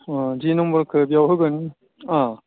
अ जि नम्बरखो बियाव होगोन अ